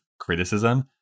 criticism